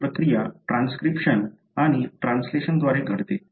तर ही प्रक्रिया ट्रान्सक्रिप्शन आणि ट्रान्सलेशनद्वारे घडते